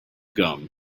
gum